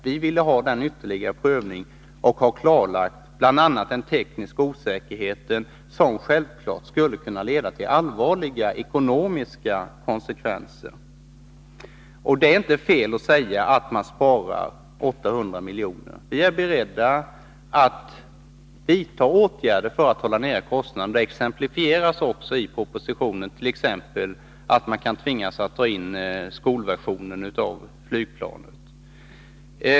Vi ville ha en ytterligare prövning och få klarlagt bl.a. den tekniska osäkerheten, som självfallet skulle kunna leda till allvarliga ekonomiska konsekvenser. Det är inte fel att säga att man sparar 800 milj.kr. Vi är beredda att vidta åtgärder för att hålla kostnaderna nere. Det exemplifieras också i propositionen. Där sägs t.ex. att man kan tvingas dra in skolversionen av flygplanet.